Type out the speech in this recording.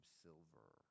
silver